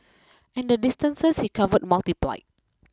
and the distances he covered multiplied